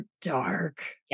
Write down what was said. dark